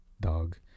dog